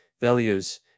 values